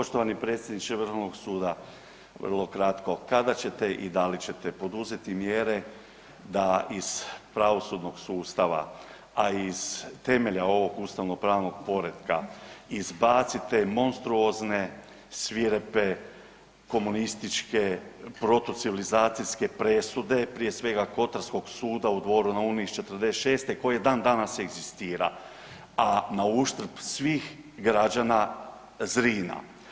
Poštovani predsjedniče Vrhovnog suda, vrlo kratko, kada ćete i da li ćete poduzeti mjere da iz pravosudnog sustava, a iz temelja ovog ustavno-pravnog poretka izbacite monstruozne, svirepe, komunističke, protucivilizacijske presude prije svega kotarskog suda u Dvoru na Uni iz '46. koje dan danas egzistira, a na uštrb svih građana Zrina.